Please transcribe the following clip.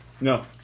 No